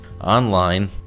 online